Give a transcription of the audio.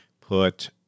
put